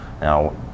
Now